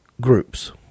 groups